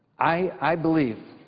i believe